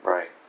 Right